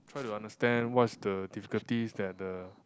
try to understand what is the difficulties that the